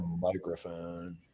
microphone